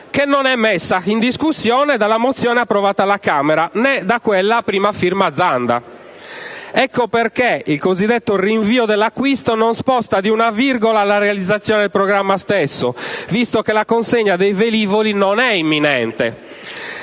che non è messa in discussione dalla mozione approvata alla Camera dei deputati, né da quella a prima di cui è primo firmatario il senatore Zanda. Ecco perché il cosiddetto rinvio dell'acquisto non sposta di una virgola la realizzazione del programma stesso, visto che la consegna dei velivoli non è imminente.